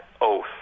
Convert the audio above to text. oath